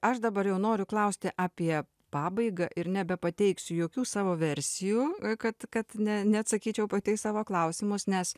aš dabar jau noriu klausti apie pabaigą ir nebepateiksiu jokių savo versijų kad kad ne neatsakyčiau pati į savo klausimus nes